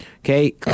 Okay